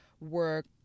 work